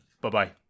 bye-bye